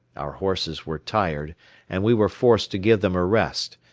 our horses were tired and we were forced to give them a rest,